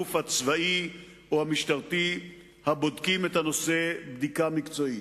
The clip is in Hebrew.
הגוף הצבאי או המשטרתי הבודק את הנושא בדיקה מקצועית.